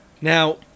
Now